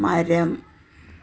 മരം